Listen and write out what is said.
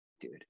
dude